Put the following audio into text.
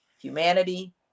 humanity